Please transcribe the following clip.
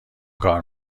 کار